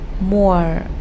more